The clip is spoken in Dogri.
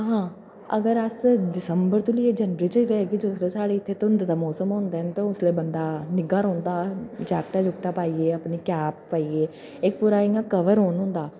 हां अगर अस दिसंबर तों लेइयै जनवरी धोड़ी जदूं कि साढ़े इत्थै धुंध दा मौसम होंदा ते उसलै बंदा निग्घा रौंह्दा जेकटां जुकटां पाइयै अपनी कैप पाइयै इक पूरा इ'यां कवर रौह्न होंदा